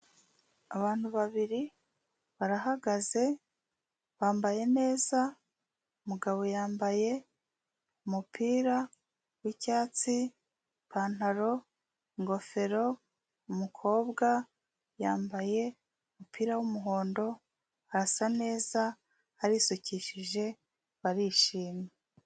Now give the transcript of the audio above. Abantu babiri barahagaze, bambaye neza umugabo yambaye umupira w'icyatsi, ipantaro, ingofero, umukobwa yambaye umupira w'umuhondo arasa neza, arisukishije, barishimye.